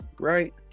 Right